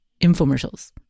infomercials